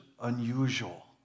unusual